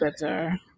better